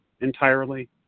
entirely